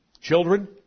Children